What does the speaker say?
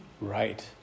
Right